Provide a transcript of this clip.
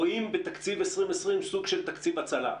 רואים בתקציב 2020 סוג של תקציב הצלה.